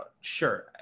Sure